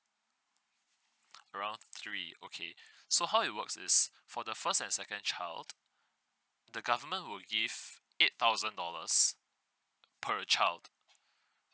around three okay so how it works is for the first and second child the government will give eight thousand dollars per child